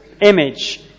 image